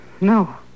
No